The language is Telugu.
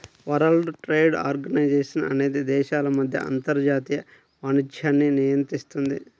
వరల్డ్ ట్రేడ్ ఆర్గనైజేషన్ అనేది దేశాల మధ్య అంతర్జాతీయ వాణిజ్యాన్ని నియంత్రిస్తుంది